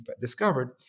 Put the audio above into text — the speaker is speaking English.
discovered